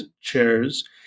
chairs